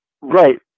Right